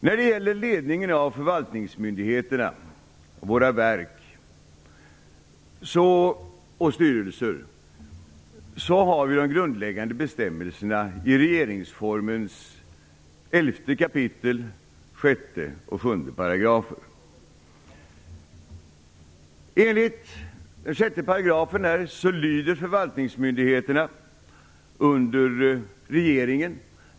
När det gäller ledningen av förvaltningsmyndigheterna - våra verk och styrelser - finns de grundläggande bestämmelserna i Regeringsformens 11 kap. 6 och 7 §§. Enligt 6 § lyder förvaltningsmyndigheterna under regeringen.